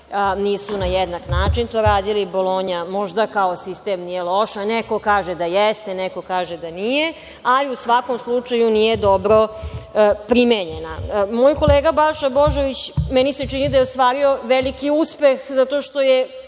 nisu na jednak način to radili. Bolonja možda kao sistem nije loša, neko kaže da jeste, neko kaže da nije, ali u svakom slučaju nije dobro primenjena. Moj kolega Balša Božović, meni se čini, je ostvario veliki uspeh zato što je